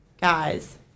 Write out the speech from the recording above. guys